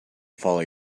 follow